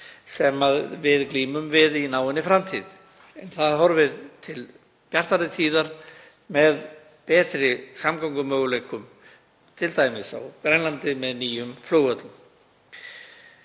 sem við glímum við í náinni framtíð en það horfir til bjartari tíðar með betri samgöngumöguleikum, t.d. á Grænlandi með nýjum flugvöllum.